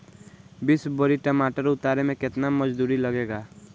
बीस बोरी टमाटर उतारे मे केतना मजदुरी लगेगा?